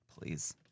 Please